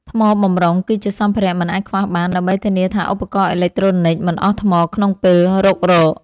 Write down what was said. ថ្មបម្រុង គឺជាសម្ភារៈមិនអាចខ្វះបាន ដើម្បីធានាថាឧបករណ៍អេឡិចត្រូនិចមិនអស់ថ្មក្នុងពេលរុករក។